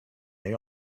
they